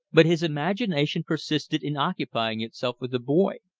but his imagination persisted in occupying itself with the boy.